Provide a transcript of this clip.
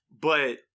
but-